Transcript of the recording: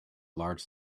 large